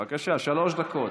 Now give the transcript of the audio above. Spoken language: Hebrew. בבקשה, שלוש דקות.